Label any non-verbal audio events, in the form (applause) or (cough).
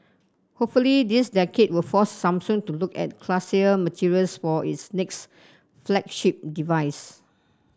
hopefully this (unintelligible) will force Samsung to look at classier materials for its next flagship device